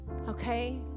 okay